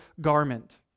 garment